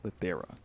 Lithera